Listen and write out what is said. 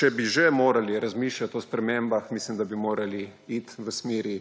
Če bi že morali razmišljati o spremembah, mislim, da bi morali iti v smeri